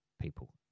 People